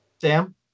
Sam